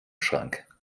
schrank